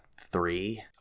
three